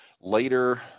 later